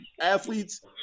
athletes